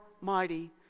mighty